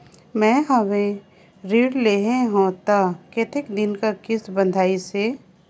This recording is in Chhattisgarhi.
मैं हवे ऋण लेहे हों त कतेक दिन कर किस्त बंधाइस हे?